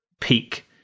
peak